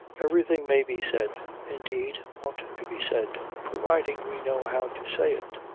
everything may be said indeed ought to be said providing we know how to say it.